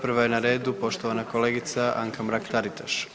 Prva je na redu poštovana kolegica Anka Mrak Taritaš.